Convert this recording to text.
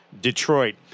Detroit